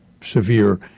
severe